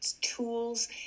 tools